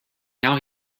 now